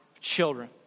children